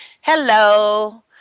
hello